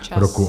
Čas.